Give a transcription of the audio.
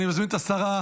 חבר הכנסת אלון שוסטר,